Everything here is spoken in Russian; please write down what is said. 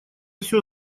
всё